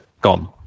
gone